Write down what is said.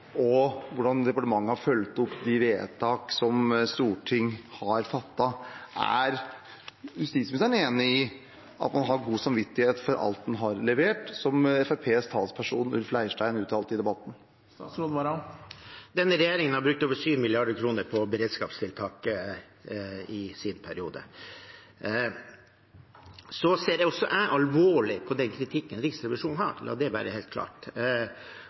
og hvordan departementet har fulgt opp de vedtak som Stortinget har fattet. Er justisministeren enig i at man har «god samvittighet for alt man har levert», som Fremskrittspartiets talsperson, Ulf Leirstein, uttalte i debatten? Denne regjeringen har brukt over 7 mrd. kr på beredskapstiltak i sin periode. Så ser også jeg alvorlig på kritikken fra Riksrevisjonen – la det være helt klart.